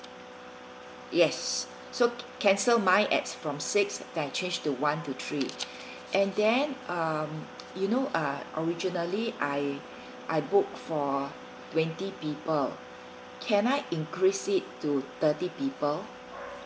yes so cancel mine at from six and change to one to three and then um you know uh originally I I book for twenty people can I increase it to thirty people